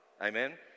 Amen